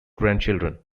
grandchildren